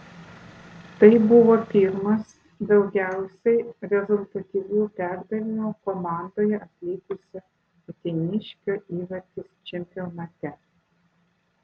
tai buvo pirmas daugiausiai rezultatyvių perdavimų komandoje atlikusio uteniškio įvartis čempionate